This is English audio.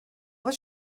was